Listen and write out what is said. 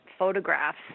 photographs